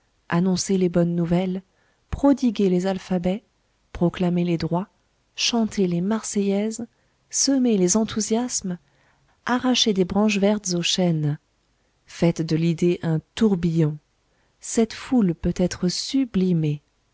annoncez les bonnes nouvelles prodiguez les alphabets proclamez les droits chantez les marseillaises semez les enthousiasmes arrachez des branches vertes aux chênes faites de l'idée un tourbillon cette foule peut être sublimée